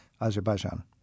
Azerbaijan